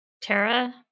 Tara